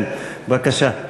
כן, בבקשה.